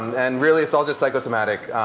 and really it's all just psychosomatic.